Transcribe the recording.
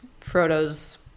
frodo's